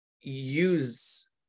use